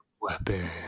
weapon